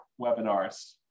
webinars